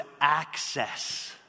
access